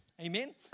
Amen